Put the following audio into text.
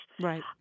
Right